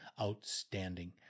outstanding